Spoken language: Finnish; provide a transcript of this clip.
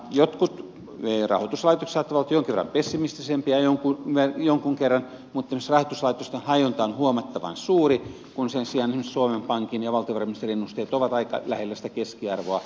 jotkut rahoituslaitokset ovat olleet jonkin verran pessimistisempiä jonkun kerran mutta myös rahoituslaitosten hajonta on huomattavan suuri kun sen sijaan esimerkiksi suomen pankin ja valtiovarainministeriön ennusteet ovat aika lähellä sitä keskiarvoa